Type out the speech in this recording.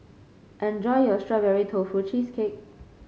enjoy your Strawberry Tofu Cheesecake